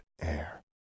air